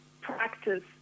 practice